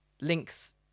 Links